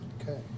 Okay